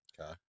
Okay